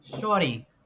Shorty